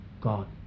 God